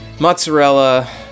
mozzarella